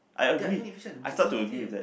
their inefficient they don't need did